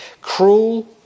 Cruel